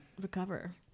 recover